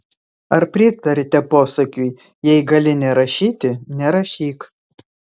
ar pritariate posakiui jei gali nerašyti nerašyk